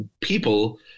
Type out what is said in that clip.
people